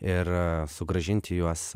ir sugrąžinti juos